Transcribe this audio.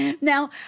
Now